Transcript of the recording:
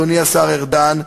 אדוני השר ארדן,